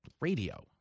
Radio